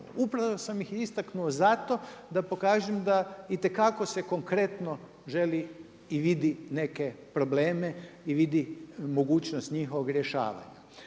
upravo sam ih istaknuo zato da pokažem da itekako se konkretno želi i vidi neke probleme i vidi mogućnost njihovog rješavanja.